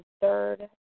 third